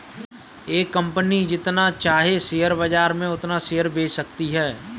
एक कंपनी जितना चाहे शेयर बाजार में उतना शेयर बेच सकती है